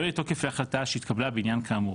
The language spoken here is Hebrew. ולא יהיה תוקף להחלטה שהתקבלה בעניין כאמור.